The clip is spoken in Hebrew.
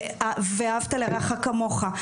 ואהבת לרעך כמוך.